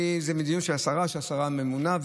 המדיניות של השרה הממונה,